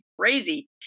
crazy